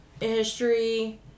History